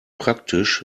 praktisch